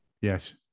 yes